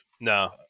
No